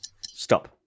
stop